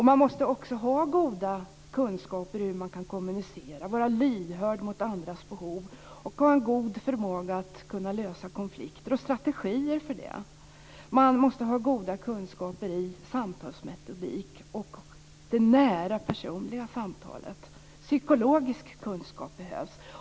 Man måste också ha goda kunskaper i hur man kommunicerar, vara lyhörd för andras behov och ha en god förmåga och strategier för att lösa konflikter. Man måste ha goda kunskaper i samtalsmetodik och i det nära personliga samtalet. Psykologisk kunskap behövs.